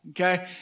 okay